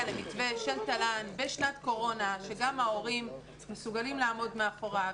למתווה של תל"ן בשנת קורונה שגם ההורים מסוגלים לעמוד מאחוריו,